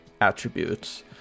attributes